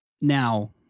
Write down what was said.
Now